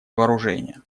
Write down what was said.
вооружения